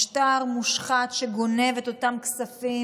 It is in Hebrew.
משטר מושחת שגונב את אותם כספים,